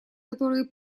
которые